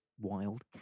wild